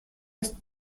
ist